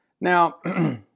Now